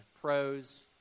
pros